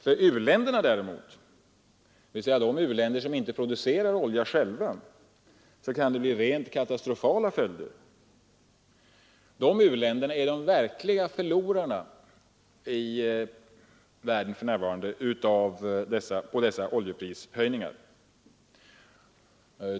För de u-länder däremot, som inte producerar olja, kan det bli rent katastrofala följder. De u-länderna är de som verkligen förlorar på dessa oljeprishöjningar.